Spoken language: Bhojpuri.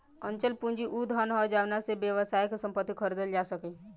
अचल पूंजी उ धन ह जावना से व्यवसाय के संपत्ति खरीदल जा सके